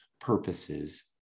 purposes